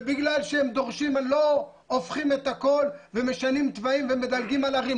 ובגלל שהם דורשים לא הופכים את הכול ומשנים תוואים ומדלגים על ערים.